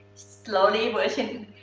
slowly version.